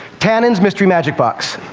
tannen's mystery magic box.